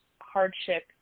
hardship